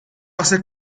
hace